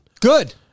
good